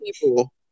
people